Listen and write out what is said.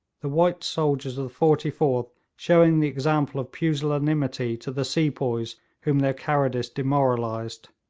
the white soldiers of the forty fourth showing the example of pusillanimity to the sepoys whom their cowardice demoralised.